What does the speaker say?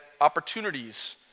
opportunities